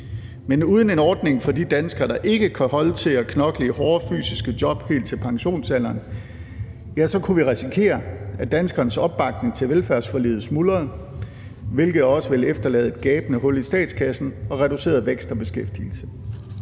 Men uden en ordning for de danskere, der ikke kan holde til at knokle i hårde fysiske job helt til pensionsalderen, kunne vi risikere, at danskernes opbakning til velfærdsforliget smuldrede, hvilket også ville efterlade et gabende hul i statskassen og reduceret vækst og beskæftigelse.